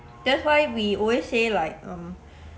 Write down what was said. that's why we always say like um